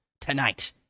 Tonight